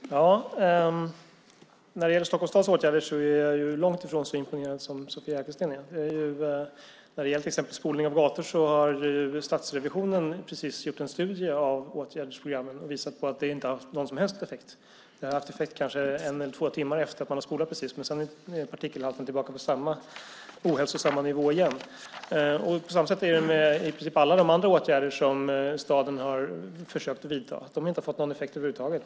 Herr talman! När det gäller Stockholms stads åtgärder är jag långt ifrån så imponerad som Sofia Arkelsten är. När det gäller till exempel spolning av gator har stadsrevisionen precis gjort en studie av åtgärdsprogrammen som visar att spolningen inte har haft någon som helst effekt. Det har haft effekt kanske en eller två timmar efter att man har spolat. Men sedan är partikelhalten tillbaka på samma ohälsosamma nivå igen. På samma sätt är det med i princip alla de andra åtgärderna som staden har försökt att vidta. De har inte fått någon effekt över huvud taget.